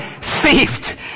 saved